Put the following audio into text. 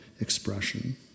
expression